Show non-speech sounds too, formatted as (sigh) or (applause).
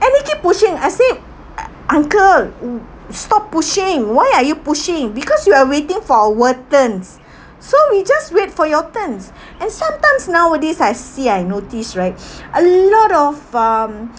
and he keep pushing I said uh uncle mm stop pushing why are you pushing because we are waiting for our turns so you just wait for your turns and sometimes nowadays I see I notice right (breath) a lot of um impatient um